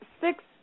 six